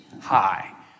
high